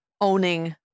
owning